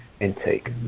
intake